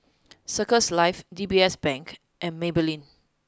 circles Life D B S Bank and Maybelline